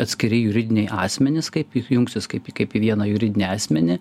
atskiri juridiniai asmenys kaip kaip jungsis kaip kaip į vieną juridinį asmenį